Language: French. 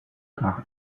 par